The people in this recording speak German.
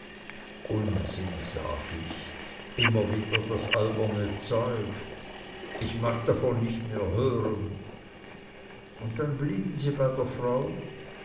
unsinn sag ich immer wieder das alberne zeug ich mag davon nicht mehr hören und dann blieben sie bei der frau